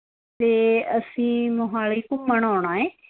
ਅਤੇ ਅਸੀਂ ਮੋਹਾਲੀ ਘੁੰਮਣ ਆਉਂਣਾ ਹੈ